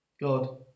God